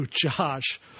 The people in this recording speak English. Josh